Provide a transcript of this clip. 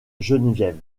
geneviève